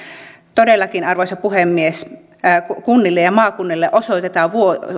todellakin arvoisa puhemies kunnille ja maakunnille osoitetaan